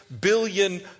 billion